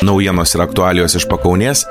naujienos ir aktualijos iš pakaunės